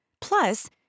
Plus